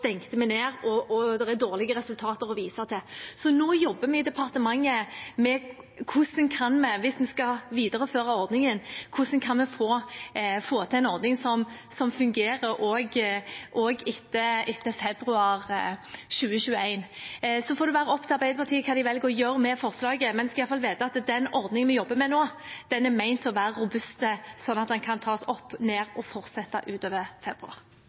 vi ned, og det er dårlige resultater å vise til. Nå jobber vi i departementet med hvordan vi, hvis vi skal videreføre ordningen, kan få til en ordning som fungerer også etter februar 2021. Det får være opp til Arbeiderpartiet hva de velger å gjøre med forslaget, men de skal i hvert fall vite at den ordningen vi jobber med nå, er ment å være robust, sånn at den kan tas opp og ned og fortsette utover februar.